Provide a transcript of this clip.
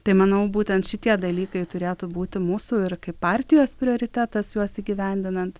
tai manau būtent šitie dalykai turėtų būti mūsų ir kaip partijos prioritetas juos įgyvendinant